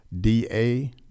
D-A